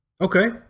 Okay